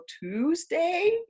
Tuesday